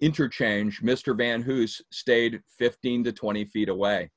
interchange mr van hoosen stayed fifteen to twenty feet away